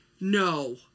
No